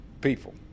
people